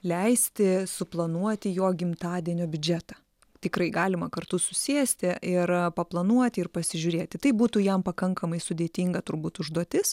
leisti suplanuoti jo gimtadienio biudžetą tikrai galima kartu susėsti ir paplanuoti ir pasižiūrėti tai būtų jam pakankamai sudėtinga turbūt užduotis